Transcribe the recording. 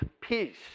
peace